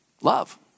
Love